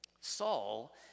Saul